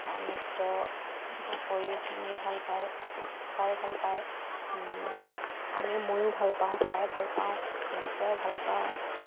নৃত্য কৰি শুনি ভাল পায় চাই ভাল পায় আমিও ময়ো ভাল পাওঁ চাই ভাল পাওঁ নচোৱাই ভাল পাওঁ